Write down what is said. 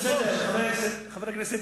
זה בסדר, חבר הכנסת